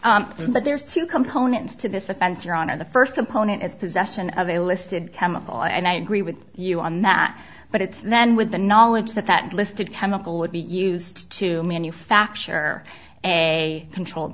but there's two components to this offense your honor the first component is possession of a listed chemical and i agree with you on that but it's then with the knowledge that that listed chemical would be used to manufacture a controlled